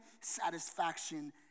satisfaction